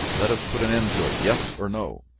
let us put an end to it yes or no?